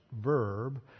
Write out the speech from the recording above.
verb